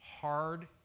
hard